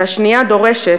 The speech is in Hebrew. והשנייה דורשת,